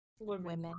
Women